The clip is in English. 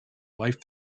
life